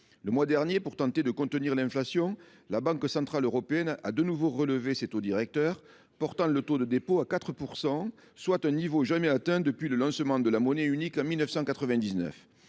Le mois dernier, pour tenter de contenir l’inflation, la Banque centrale européenne a de nouveau relevé ses taux directeurs, portant le taux de dépôt à 4 %, soit un niveau jamais atteint depuis le lancement de la monnaie unique en 1999.